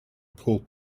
pole